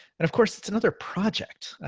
and of course it's another project, ah